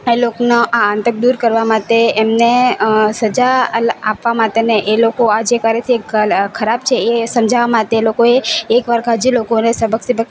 એ લોકોના આ આતંક દૂર કરવા માટે એમને સજા આપવા માટે અને એ લોકો આ જે કરે તે ખરાબ છે એ સમજાવવા માટે એ લોકોએ એકવાર કાઝી લોકોને સબક સબક